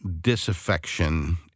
disaffection